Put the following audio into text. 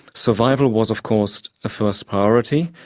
survival was of course a first priority.